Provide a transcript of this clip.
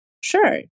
Sure